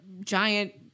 giant